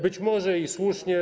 Być może i słusznie.